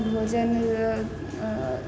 भोजन